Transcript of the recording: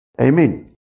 Amen